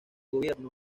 gobierno